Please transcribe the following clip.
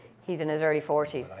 he's in his early forty s.